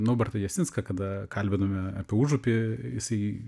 norbertą jasinską kada kalbinome apie užupį jisai